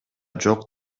жок